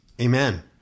Amen